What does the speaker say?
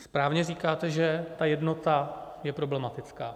Správně říkáte, že ta jednota je problematická.